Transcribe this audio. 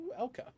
Elka